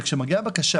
וכשמגיעה בקשה